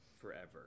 forever